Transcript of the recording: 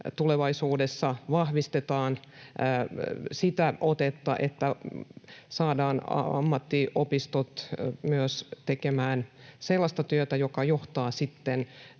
tulevaisuudessa vahvistetaan sitä otetta, että saadaan ammattiopistot tekemään myös sellaista työtä, joka johtaa siihen,